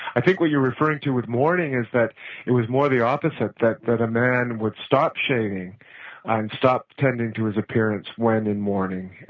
i think what you're referring to with mourning is that it was more the opposite that that a man would stop shaving and stop tending to his appearance when in mourning,